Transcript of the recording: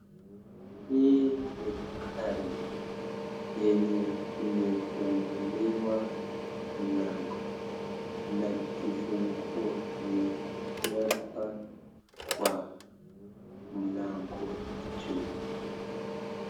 Hii ni gari yenye imefunguliwa mlango na kifunguo imewekwa kwa mlango juu.